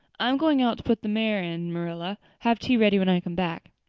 i'm going out to put the mare in, marilla. have tea ready when i come back.